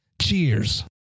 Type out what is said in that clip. Cheers